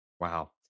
Wow